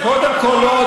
קודם כול,